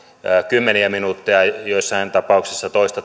kymmeniä minuutteja joissain tapauksissa toista